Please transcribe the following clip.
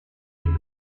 and